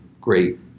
great